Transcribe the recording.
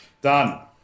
Done